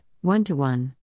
One-to-One